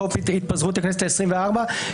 חוק התפזרות הכנסת העשרים-וארבעה,